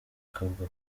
akavuga